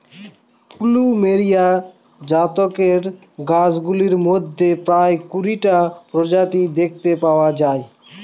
plumeria জাতের গাছগুলোর মধ্যে প্রায় কুড়িটা প্রজাতি দেখতে পাওয়া যায়